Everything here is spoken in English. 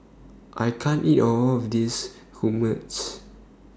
I can't eat All of This Hummus